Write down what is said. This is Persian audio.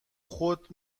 خود